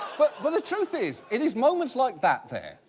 but but the truth is, it is moments like that there,